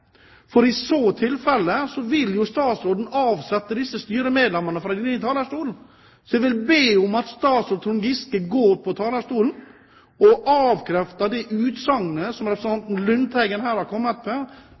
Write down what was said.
for i så tilfelle vil jo statsråden avsette disse styremedlemmene fra denne talerstolen. Så jeg vil be om at statsråd Trond Giske går på talerstolen og avkrefter det utsagnet som